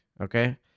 Okay